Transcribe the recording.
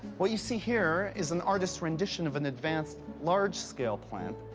what you see here is an artist's rendition of an advanced, large-scale plant.